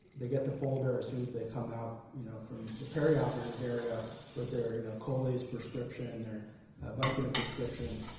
they get the folder as soon as they come out you know from the perioperative area with their you know colace prescription, their but vicodin and prescription,